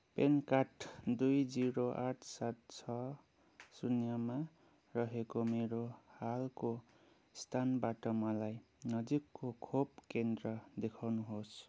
pin code दुई zero आठ सात छ शून्यमा रहेको मेरो हालको स्थानबाट मलाई नजिकको खोप केन्द्र देखाउनुहोस्